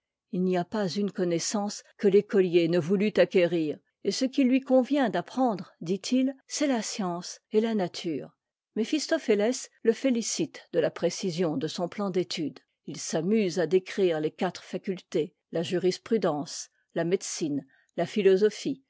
il n'y a pas une connaissance que l'écolier ne voulût acquérir et ce qu'il lui convient d'apprendre dit-il c'est la science et la nature méphistophélès le félicite de la précision de son plan d'étude il s'amuse à décrire les quatre facuttés la jurisprudence la médecine la philosophie